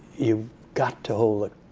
you've got to hold it,